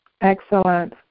excellent